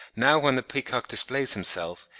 now when the peacock displays himself,